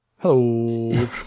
Hello